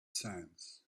sands